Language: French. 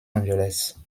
angeles